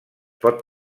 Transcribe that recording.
pot